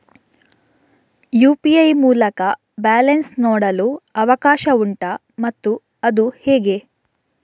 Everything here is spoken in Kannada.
ಯು.ಪಿ.ಐ ಮೂಲಕ ಬ್ಯಾಲೆನ್ಸ್ ನೋಡಲು ಅವಕಾಶ ಉಂಟಾ ಮತ್ತು ಅದು ಹೇಗೆ?